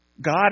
God